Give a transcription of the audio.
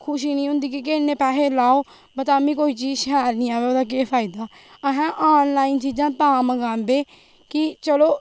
खुशी निं होंदी की के इन्ने पैहे लाओ पर तामी कोई चीज शैल निं आवै ते केह् फायदा अहे आनलाईन चीजां तां मंगादे कि चलो